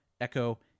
echo